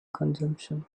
consumption